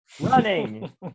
running